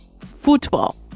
Football